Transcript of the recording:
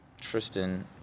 Tristan